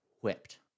whipped